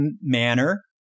manner